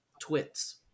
twits